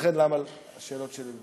ולכן השאלות שלי.